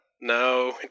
no